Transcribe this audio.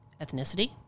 ethnicity